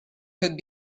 could